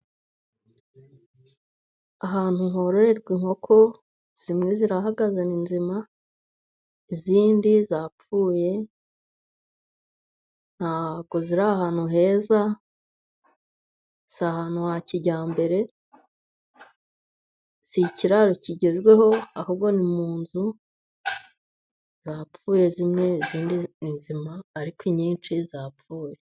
Ahantu hororerwa inkoko zimwe zirahagaze ni nzima, izindi zapfuye ziri ahantu heza ,si ahantu ha kijyambere, si ikiraro kigezweho ahubwo ni mu nzu, zapfuye zimwe ni nzima ariko inyinshi zapfuye.